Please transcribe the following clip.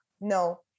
no